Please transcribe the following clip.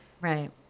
Right